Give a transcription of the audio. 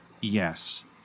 yes